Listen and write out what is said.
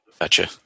Gotcha